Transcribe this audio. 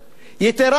יתירה מכך,